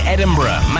Edinburgh